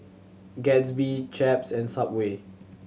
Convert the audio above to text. Gatsby Chaps and Subway